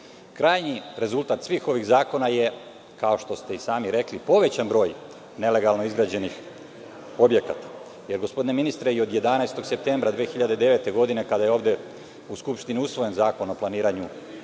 proces. Krajnji rezultat svih ovih zakona je, kao što ste i sami rekli, povećan broj nelegalno izgrađenih objekata, jer gospodine ministre, od 11. septembra 2009. godine, kada je ovde u Skupštini usvojen Zakon o planiranju i